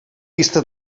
vista